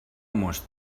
most